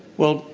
well,